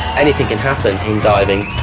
anything can happen in diving.